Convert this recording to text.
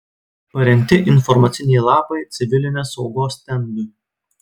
parengti informaciniai lapai civilinės saugos stendui